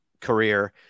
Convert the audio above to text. career